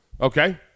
okay